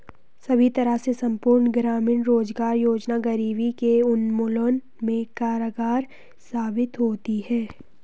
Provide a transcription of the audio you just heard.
सभी तरह से संपूर्ण ग्रामीण रोजगार योजना गरीबी के उन्मूलन में कारगर साबित होती है